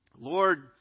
Lord